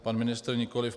Pan ministr nikoliv.